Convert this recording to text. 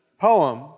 poem